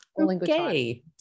Okay